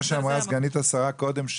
מה שאמרה סגנית השרה קודם,